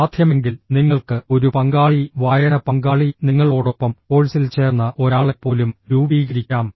സാധ്യമെങ്കിൽ നിങ്ങൾക്ക് ഒരു പങ്കാളി വായന പങ്കാളി നിങ്ങളോടൊപ്പം കോഴ്സിൽ ചേർന്ന ഒരാളെപ്പോലും രൂപീകരിക്കാം